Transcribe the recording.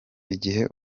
igihe